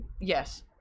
Yes